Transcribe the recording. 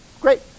great